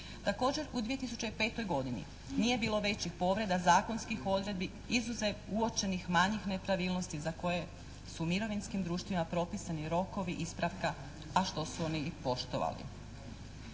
Također u 2005. godini nije bilo većih povreda zakonskih odredbi izuzev uočenih manjih nepravilnosti za koje su mirovinskim društvima propisani rokovi ispravka, a što su oni i poštovali.